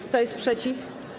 Kto jest przeciw?